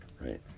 Right